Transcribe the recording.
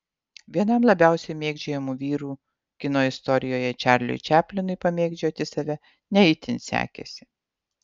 vienam labiausiai mėgdžiojamų vyrų kino istorijoje čarliui čaplinui pamėgdžioti save ne itin sekėsi